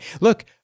look